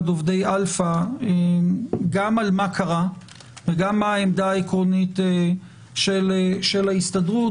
עובדי אלפא גם על מה קרה וגם על מה העמדה העקרונית של ההסתדרות,